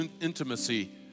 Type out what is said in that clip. intimacy